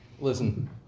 Listen